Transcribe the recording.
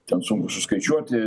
ten sunku suskaičiuoti